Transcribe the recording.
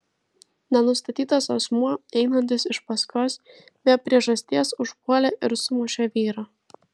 nenustatytas asmuo einantis iš paskos be priežasties užpuolė ir sumušė vyrą